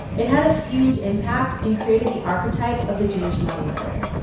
it had a huge impact and created the archetype of the jewish moneylender.